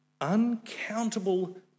uncountable